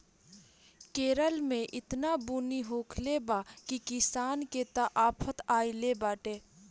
केरल में एतना बुनी होखले बा की किसान के त आफत आगइल बाटे